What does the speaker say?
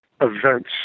events